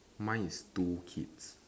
mine is two kids